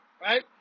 right